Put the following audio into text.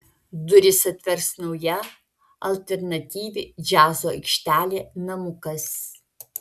duris atvers nauja alternatyvi džiazo aikštelė namukas